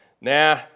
nah